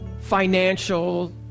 Financial